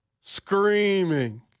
Screaming